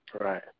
Right